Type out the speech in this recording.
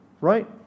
right